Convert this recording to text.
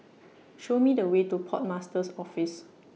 Show Me The Way to Port Master's Office